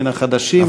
מן החדשים,